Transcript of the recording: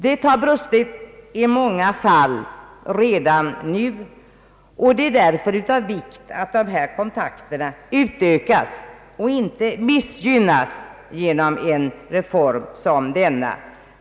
Det har brustit i många fall redan nu, och det är därför av vikt att dessa kontakter utökas och inte missgynnas genom en reform som denna.